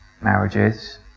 marriages